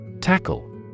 Tackle